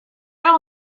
will